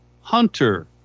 Hunter